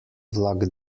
vlak